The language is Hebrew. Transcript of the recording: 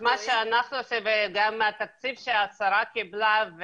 גם מהתקציב שהשרה קיבלה,